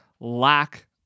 lack